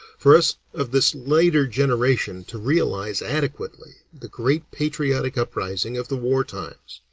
for us of this later generation to realize adequately the great patriotic uprising of the war times.